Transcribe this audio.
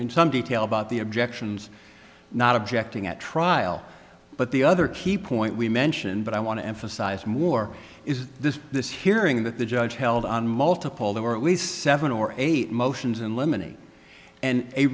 in some detail about the objections not objecting at trial but the other key point we mentioned but i want to emphasize more is this this hearing that the judge held on multiple there were at least seven or eight motions and lemony and a